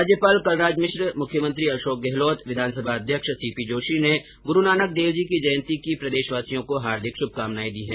राज्यपाल कलराज मिश्र मुख्यमंत्री अशोक गहलोत और विधानसभा अध्यक्ष सीपी जोशी ने गुरूनानक देवजी की जयन्ती की प्रदेशवासियों को हार्दिक शुभकानाएं दी है